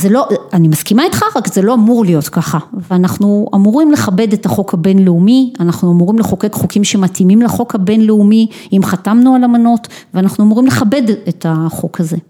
זה לא, אני מסכימה איתך, רק זה לא אמור להיות ככה, ואנחנו אמורים לכבד את החוק הבינלאומי, אנחנו אמורים לחוקק חוקים שמתאימים לחוק הבינלאומי, אם חתמנו על אמנות, ואנחנו אמורים לכבד את החוק הזה.